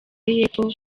y’epfo